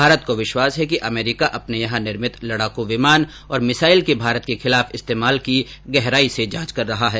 भारत को विश्वास है कि अमरीका अपने यहां निर्मित लड़ाकू विमान और मिसाइल के भारत के खिलाफ इस्तेमाल की गहराई से जांच कर रहा है